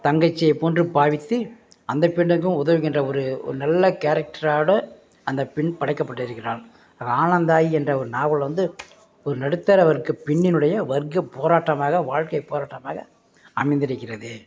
தங்கச்சியை போன்று பாவித்து அந்த பெண்ணுக்கும் உதவுகின்ற ஒரு ஒரு நல்ல கேரக்ட்ரோட அந்த பெண் படைக்கப்பட்டிருக்கிறாள் ஆனந்தாயி என்ற ஒரு நாவல் வந்து ஒரு நடுத்தர வர்க்க பெண்ணின்னுடைய வர்க்க போராட்டமாக வாழ்க்கை போராட்டமாக அமைந்திருக்கிறது